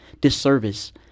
disservice